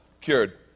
cured